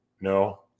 No